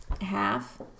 half